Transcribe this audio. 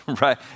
right